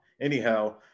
Anyhow